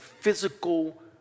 physical